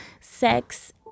sex